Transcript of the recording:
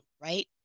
right